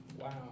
Wow